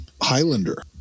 Highlander